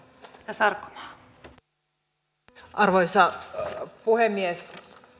arvoisa puhemies